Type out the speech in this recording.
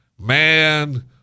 Man